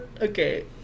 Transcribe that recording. Okay